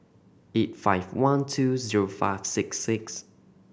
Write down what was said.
eight five one two zero five six six